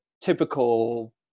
typical